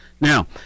Now